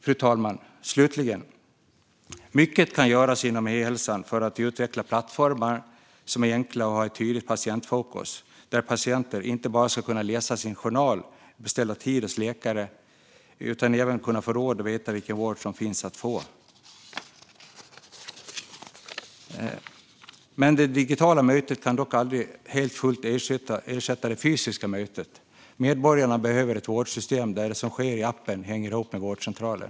Slutligen, fru talman: Mycket kan göras inom e-hälsan för att utveckla plattformar som är enkla och har ett tydligt patientfokus, där patienter inte bara ska kunna läsa sin journal och beställa tid hos läkare utan även kunna få råd och veta vilken vård som finns att få. Det digitala mötet kan dock aldrig fullt ut ersätta det fysiska mötet. Medborgarna behöver ett vårdsystem där det som sker i appen hänger ihop med vårdcentralen.